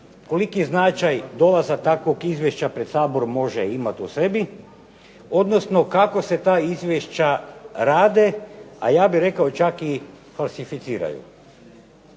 koliki je značaj dolazak takvog izvješća pred Sabor može imati u sebi, odnosno kako se ta izvješća rade, a ja bih rekao čak i falsicifiraju.